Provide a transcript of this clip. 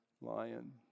lion